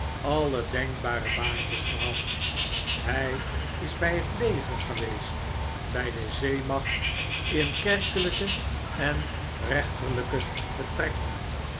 alle denkbare baantjes gehad hij is by het leger geweest by de zeemacht in kerkelijke en rechterlijke betrekkingen